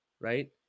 Right